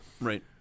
Right